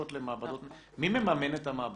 מי מממן את המעבדות?